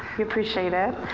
we appreciate it.